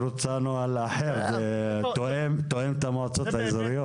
היא רוצה נוהל אחר, תואם את המועצות האזוריות.